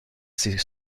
ces